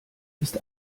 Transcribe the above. ist